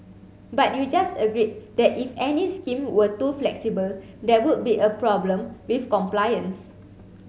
but you just agreed that if any scheme were too flexible there would be a problem with compliance